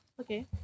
okay